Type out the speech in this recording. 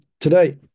Today